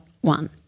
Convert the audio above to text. one